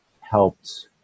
helped